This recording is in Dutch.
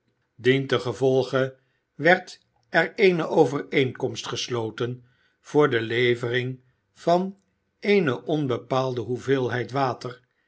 dientengevolge werd er eene overeenkomst gesloten voor de levering van eene onbepaalde hoeveelheid water